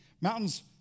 Mountains